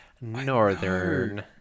Northern